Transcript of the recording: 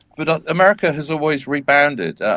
but ah america has always rebounded.